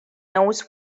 knows